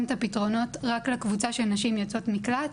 את הפתרונות רק לקבוצה של נשים יוצאות מקלט.